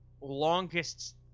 longest